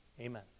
Amen